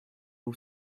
all